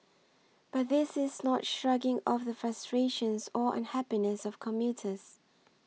but this is not shrugging off the frustrations or unhappiness of commuters